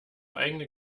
eigene